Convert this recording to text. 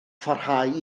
pharhau